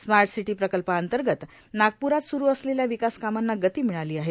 smart city प्रकल्पांतर्गत नागप्रात सुरू असलेल्या विकास कामांना गती मिळाली आहे